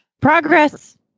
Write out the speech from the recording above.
Progress